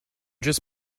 just